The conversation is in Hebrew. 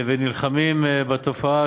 ונלחמים בתופעה